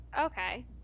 okay